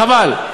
חבל.